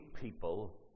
people